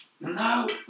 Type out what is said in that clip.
no